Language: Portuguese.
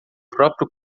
próprio